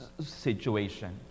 situation